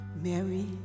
Mary